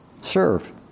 Serve